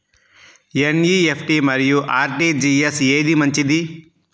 NEFT మరియు RTGS ఏది మంచిది?